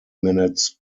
minutes